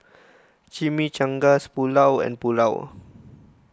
Chimichangas Pulao and Pulao